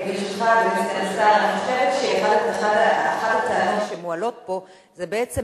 אני חושבת שאחת הטענות שמועלות פה היא בעצם